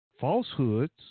falsehoods